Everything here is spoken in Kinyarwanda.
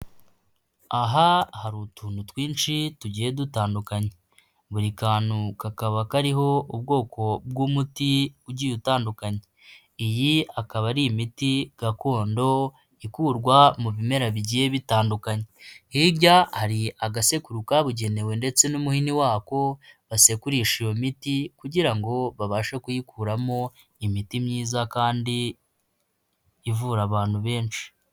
Aha hari utuntu twinshi tugiye dutandukanye, buri kantu kakaba kariho ubwoko bw'umuti ugiye utandukanye, iyi akaba ari imiti gakondo ikurwa mu bimera bigiye bitandukanye hirya hari agasekururo kabugenewe ndetse n'umuhini wako, basekuririsha iyo miti kugira ngo babashe kuyikuramo imiti myiza kandi ivura abantu benshi.